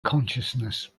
consciousness